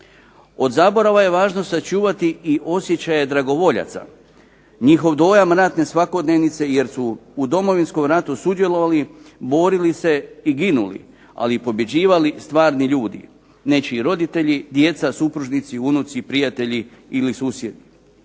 Od zaborava je važno sačuvati i osjećaje dragovoljaca, njihov dojam ratne svakodnevice jer su u Domovinskom ratu sudjelovali, borili se i ginuli, ali i pobjeđivali stvarni ljudi, nečiji roditelji, djeca, supružnici, unuci, prijatelji ili susjedi.